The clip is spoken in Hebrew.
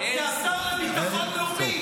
והשר לביטחון לאומי